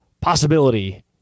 possibility